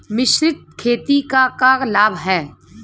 मिश्रित खेती क का लाभ ह?